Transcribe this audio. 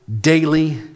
daily